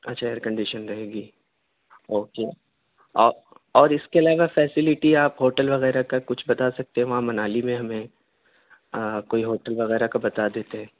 اچھا ائیرکنڈیشن رہے گی او کے اور اِس کے علاوہ فیسلٹی آپ ہوٹل وغیرہ کا کچھ بتا سکتے ہیں وہاں منالی میں ہمیں کوئی ہوٹل وغیرہ کا بتا دیتے